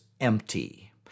empty